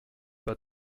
pas